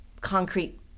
concrete